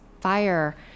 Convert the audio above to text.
fire